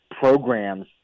programs